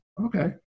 okay